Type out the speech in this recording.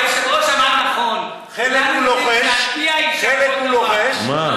היושב-ראש אמר נכון, חלק הוא לוחש וחלק הוא, מה?